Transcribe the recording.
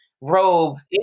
robes